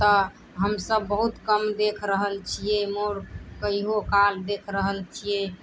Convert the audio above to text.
तऽ हमसभ बहुत कम देख रहल छियै मोर कहियो काल देख रहल छियै